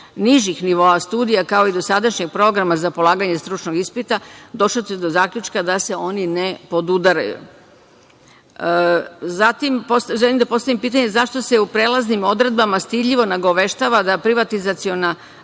nižih nivoa studija, kao i dosadašnjeg programa za polaganje stručnog ispita došlo se do zaključka da se oni ne podudaraju. Želim da postavim pitanje – zašto se u prelaznim odredbama stidljivo nagoveštava da privatizovana